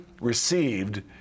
received